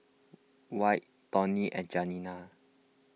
Whit Toni and Janiya